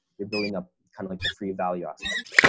you're building up kind of like the free value aspect.